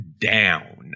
down